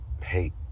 hate